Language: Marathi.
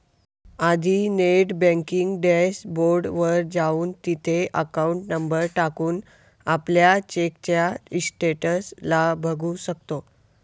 आधी नेट बँकिंग डॅश बोर्ड वर जाऊन, तिथे अकाउंट नंबर टाकून, आपल्या चेकच्या स्टेटस ला बघू शकतो